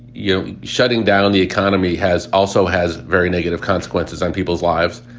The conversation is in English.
you know, shutting down the economy has also has very negative consequences on people's lives.